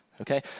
Okay